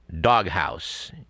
doghouse